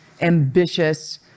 ambitious